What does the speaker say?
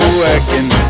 working